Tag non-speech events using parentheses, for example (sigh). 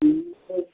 (unintelligible)